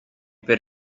per